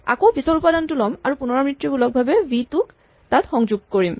আকৌ পিছৰ উপাদানটো ল'ম আৰু পুণৰাবৃত্তিমূলকভাৱে ভি টো তাত সংযোগ কৰিম